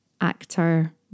actor